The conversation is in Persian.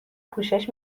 پوشش